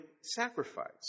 sacrifice